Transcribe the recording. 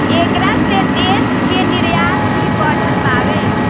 ऐकरा से देश के निर्यात भी बढ़ल बावे